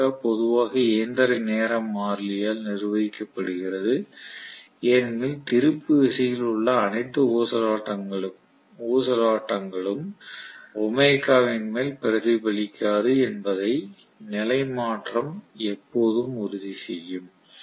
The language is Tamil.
ஒமேகா ω பொதுவாக இயந்திர நேர மாறிலியால் நிர்வகிக்கப்படுகிறது ஏனெனில் திருப்பு விசையில் உள்ள அனைத்து ஊசலாட்டங்களும் ஒமேகா வின் மேல் பிரதிபலிக்காது என்பதை நிலைமாற்றம் எப்போதும் உறுதி செய்யும்